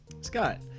Scott